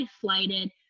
flighted